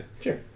Sure